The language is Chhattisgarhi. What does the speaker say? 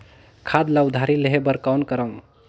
खाद ल उधारी लेहे बर कौन करव?